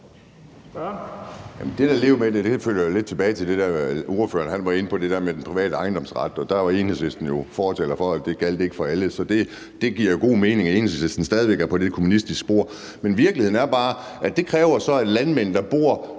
med at leve med det fører jo lidt tilbage til det, ordføreren var inde på om den private ejendomsret. Der var Enhedslisten jo fortalere for, at det ikke gjaldt for alle. Så det giver god mening, at Enhedslisten stadig væk er på det kommunistiske spor. Men virkeligheden er bare, at det så kræver, at man mener, at landmænd, der bor